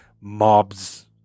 mobs